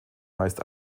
meist